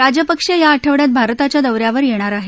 राजपक्षे या आठवडयात भारताच्या दौ यावर येणार आहेत